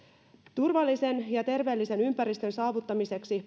turvallisen ja terveellisen ympäristön saavuttamiseksi